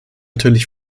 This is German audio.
natürlich